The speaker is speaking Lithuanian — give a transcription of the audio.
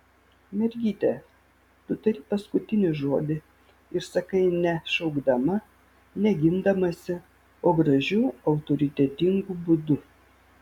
mergyte tu tari paskutinį žodį ir sakai ne šaukdama ne gindamasi o gražiu autoritetingu būdu